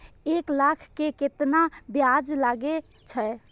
एक लाख के केतना ब्याज लगे छै?